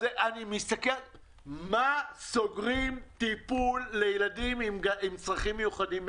למה סוגרים טיפול לילדים עם צרכים מיוחדים?